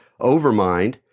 overmind